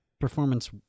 performance